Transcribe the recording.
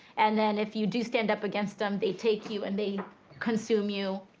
and then if you do stand up against them, they take you and they consume you.